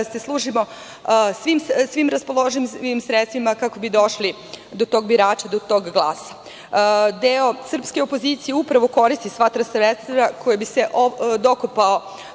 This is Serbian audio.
se služimo svim sredstvima kako bi došli do tog birača, do tog glasa. Deo srpske opozicije upravo koristi sva ta sredstva kako bi se dokopao